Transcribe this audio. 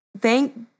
thank